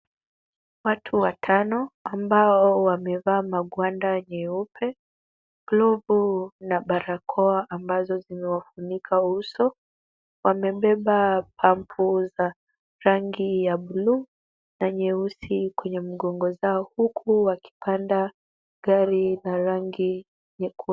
Watu watano ambao wamevaa magwanda nyeupe, glovu na barakoa ambazo zimewafunika uso. Wamebeba pampu za rangi ya blue na nyeusi kwenye migongo zao huku wakipanda gari za rangi nyekundu.